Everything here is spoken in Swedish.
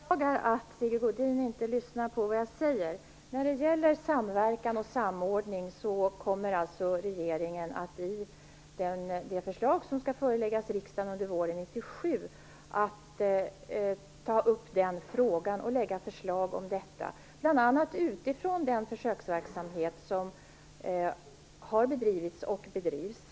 Herr talman! Jag beklagar att Sigge Godin inte lyssnar på vad jag säger. När det gäller samverkan och samordning kommer regeringen alltså i det förslag som skall föreläggas riksdagen under våren 1997 att ta upp den frågan och lägga fram förslag, bl.a. utifrån den försöksverksamhet som har bedrivits och bedrivs.